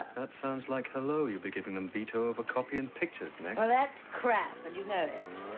that sounds like hello you'll be giving them veto of a copy and pictures next. well that's crap and you know it.